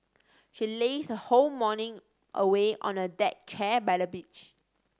she lazed her whole morning away on a deck chair by the beach